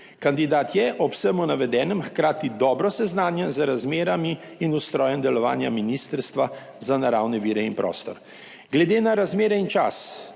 Kandidat je ob vsem navedenem hkrati dobro seznanjen z razmerami in ustrojem delovanja Ministrstva za naravne vire in prostor. Glede na razmere in čas,